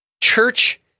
church